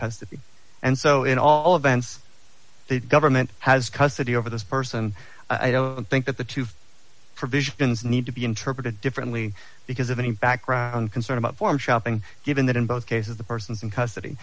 custody and so in all of bands the government has custody over this person i don't think that the two provisions need to be interpreted differently because of any background concern about forum shopping given that in both cases the person is in custody